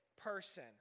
person